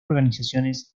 organizaciones